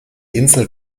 insel